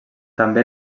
també